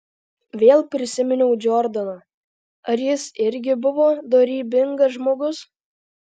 vėl prisiminiau džordaną ar jis irgi buvo dorybingas žmogus